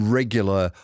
regular